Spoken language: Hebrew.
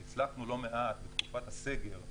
והצלחנו לא מעט בתקופת הסגר,